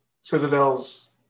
Citadel's